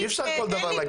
אי אפשר כל דבר להגיד ראיות.